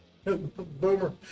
Boomer